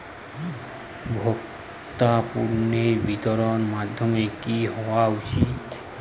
ভোক্তা পণ্যের বিতরণের মাধ্যম কী হওয়া উচিৎ?